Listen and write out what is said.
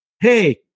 hey